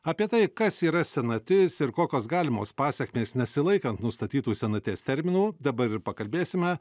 apie tai kas yra senatis ir kokios galimos pasekmės nesilaikant nustatytų senaties terminų dabar ir pakalbėsime